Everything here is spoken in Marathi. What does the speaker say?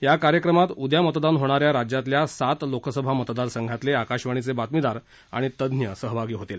या कार्यक्रमात उद्या मतदान होणा या राज्यातल्या सात लोकसभा मतदार संघातलक आकाशवाणीचब्रितमीदार आणि तज्ञ सहभागी होतील